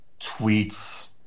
tweets